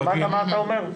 הבנת מה הוא אומר?